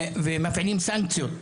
ומפעילים סנקציות,